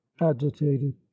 agitated